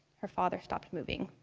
her father stopped moving.